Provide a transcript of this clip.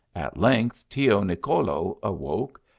at length tio nicolo awoke,